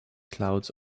clouds